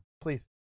please